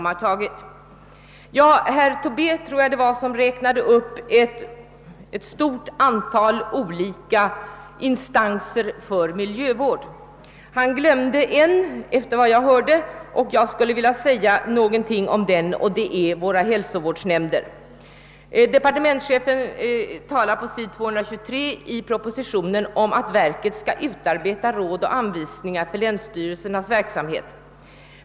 Herr Tobé räknade upp ett stort antal olika instanser som sysslar med miljövård. Han glömde en, efter vad jag hörde, och jag skulle vilja säga någonting om den också, nämligen våra hälsovårdsnämnder. Departementschefen talar på s. 223 i propositionen om att naturvårdsverket skall utarbeta råd och anvisningar för länsstyrelsernas verksamhet.